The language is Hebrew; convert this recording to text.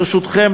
ברשותכם,